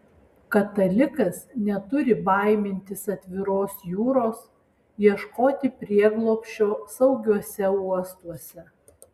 katalikas neturi baimintis atviros jūros ieškoti prieglobsčio saugiuose uostuose